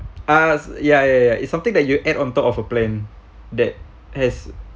uh ya ya ya it's something that you add on top of a plan that has